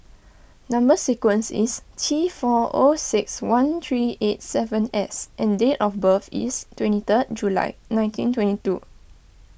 Number Sequence is T four O six one three eight seven S and date of birth is twenty third July nineteen twenty two